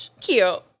Cute